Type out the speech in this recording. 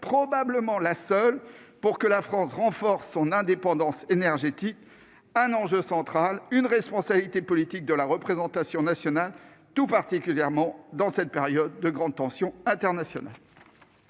probablement la seule pour que la France renforce son indépendance énergétique. Il s'agit d'un enjeu central, qui relève de la responsabilité politique de la représentation nationale, tout particulièrement dans cette période de grande tension internationale.